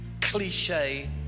cliche